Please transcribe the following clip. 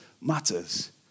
matters